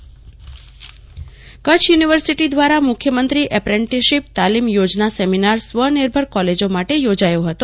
કલ્પના Shah Kutch university seminar મુખ્યમંત્રી apprenticeship તાલીમયોજના seminar સ્વનિર્ભર કોલેજોમાટે યોજાયો હતો